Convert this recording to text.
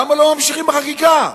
למה לא ממשיכים בחקיקה?